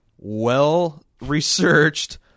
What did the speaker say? well-researched